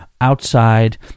outside